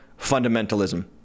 fundamentalism